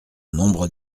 nombre